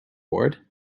bored